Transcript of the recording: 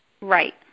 Right